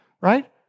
Right